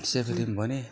स्याफाले पनि भने